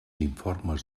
informes